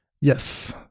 yes